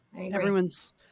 Everyone's